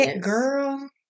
Girl